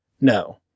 No